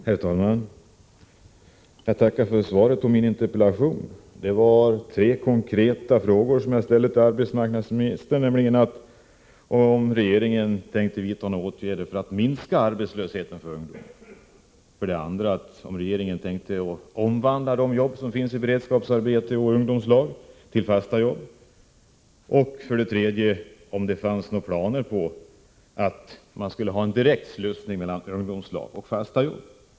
Herr talman! Jag tackar för svaret på min interpellation. Det var tre konkreta frågor jag ställde till arbetsmarknadsministern, nämligen för det första om regeringen tänkte vidta några åtgärder för att minska arbetslösheten för ungdomar, för det andra om regeringen tänkte omvandla jobben i beredskapsarbeten och ungdomslag till fasta jobb och för det tredje om det fanns några planer på en direkt slussning mellan ungdomslag och fasta jobb.